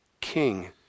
king